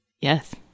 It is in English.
Yes